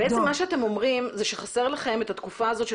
אבל בעצם מה שאתם אומרים זה שחסר לכם את התקופה הזאת של